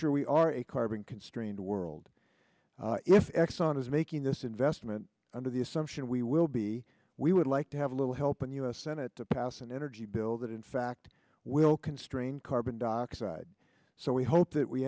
sure we are a carbon constrained world if exxon is making this investment under the assumption we will be we would like to have a little help and u s senate to pass an energy bill that in fact will constrain carbon dioxide so we hope that we